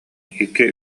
икки